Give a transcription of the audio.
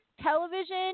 television